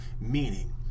meaning